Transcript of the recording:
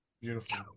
Beautiful